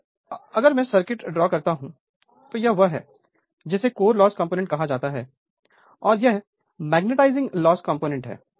अगर अगर मैं सर्किट ड्रॉ करता हूं तो यह वह है जिसे कोर लॉस कंपोनेंट कहा जाता है और यह मैग्नेटाइजिंग लॉस कंपोनेंट है